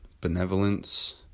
benevolence